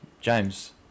James